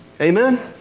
Amen